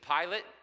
pilate